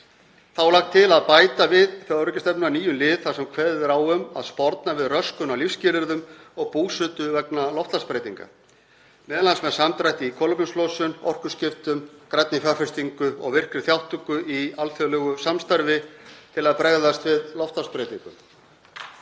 er lagt til að bæta við þjóðaröryggisstefnuna nýjum lið þar sem kveðið er á um að sporna við röskun á lífsskilyrðum og búsetu vegna loftslagsbreytinga, m.a. með samdrætti í kolefnislosun, orkuskiptum, grænni fjárfestingu og virkri þátttöku í alþjóðlegu samstarfi til að bregðast við loftslagsbreytingum.